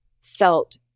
felt